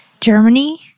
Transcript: Germany